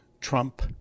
Trump